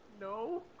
No